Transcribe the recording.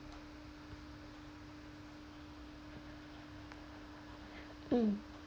mm